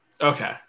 Okay